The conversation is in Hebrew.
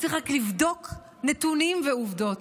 צריך רק לבדוק נתונים ועובדות,